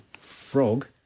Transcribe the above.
frog